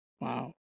Wow